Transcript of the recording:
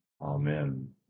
Amen